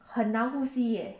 很难呼吸 eh